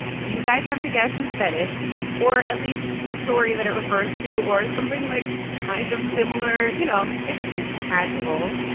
you guys have to guess who said it or at least the story that it refers to or something, like, kind of similar. you know, it's it's casual.